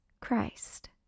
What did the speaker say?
Christ